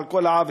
על כל העוול.